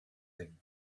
thing